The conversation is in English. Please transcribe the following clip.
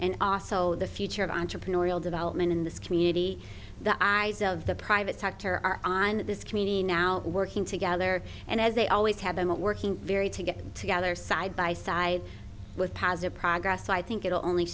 and also the future of entrepreneurial development in this community the eyes of the private sector are on this community now working together and as they always have been working very to get together side by side with positive progress i think it will only